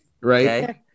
right